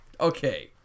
okay